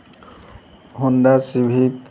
Honda civic